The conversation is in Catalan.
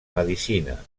medicina